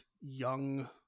young